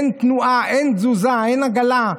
אין תנועה, אין תזוזה, אין עגלה,